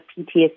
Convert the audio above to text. PTSD